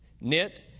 knit